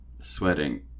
Sweating